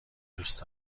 دوست